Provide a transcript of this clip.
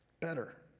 better